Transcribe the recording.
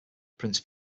prince